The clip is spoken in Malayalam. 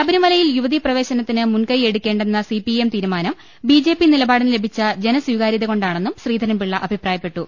ശബരിമലയിൽ യുവതീപ്രവേശനത്തിന് മുൻകൈയ്യെടുക്കേണ്ടെന്ന സിപിഐഎം തീരുമാനം ബിജെപി നില പാടിന് ലഭിച്ച ജനസ്വീകാരൃതകൊണ്ടാണെന്നും ശ്രീധരൻപിള്ള അഭി പ്രായപ്പെട്ടു